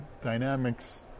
dynamics